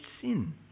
sin